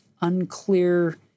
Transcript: unclear